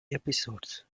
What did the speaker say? episodes